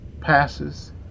passes